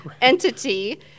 entity